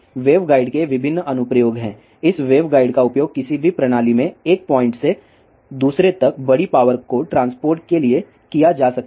waveguide के विभिन्न अनुप्रयोग हैं इन वेवगाइड का उपयोग किसी भी प्रणाली में एक पॉइंट से दूसरे तक बड़ी पावर को ट्रांसपोर्ट के लिए किया जा सकता है